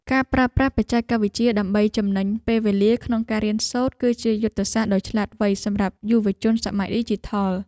ការប្រើប្រាស់បច្ចេកវិទ្យាដើម្បីចំណេញពេលវេលាក្នុងការរៀនសូត្រ គឺជាយុទ្ធសាស្ត្រដ៏ឆ្លាតវៃសម្រាប់យុវជនសម័យឌីជីថល។